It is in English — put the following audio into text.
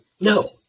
No